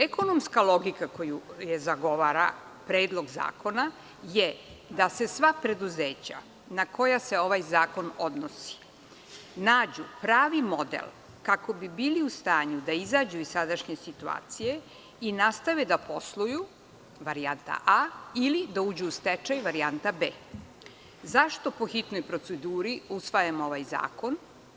Ekonomska logika koju zagovara Predlog zakona je da sva preduzeća na koja se ovaj zakon odnosi nađu pravi model kako bi bila u stanju da izađu iz sadašnje situacije i nastave da posluju – varijanta A, ili da uđu u stečaj – varijanta B. Zašto po hitnoj proceduri usvajamo ovaj zakon?